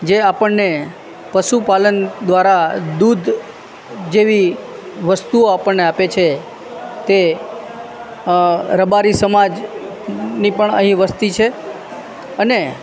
જે આપણને પશુપાલન દ્વારા દૂધ જેવી વસ્તુઓ આપણને આપે છે તે રબારી સમાજની પણ અહીં વસ્તી છે અને